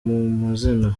mazina